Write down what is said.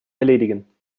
erledigen